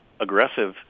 aggressive